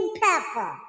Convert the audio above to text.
pepper